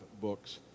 books